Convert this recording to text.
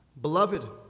Beloved